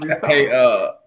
Hey